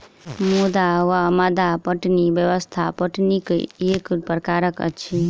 मद्दु वा मद्दा पटौनी व्यवस्था पटौनीक एक प्रकार अछि